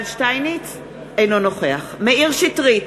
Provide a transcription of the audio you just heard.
אינו נוכח מאיר שטרית,